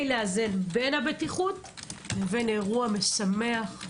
לאזן בין הבטיחות ובין אירוע משמח שנהנים בו.